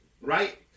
right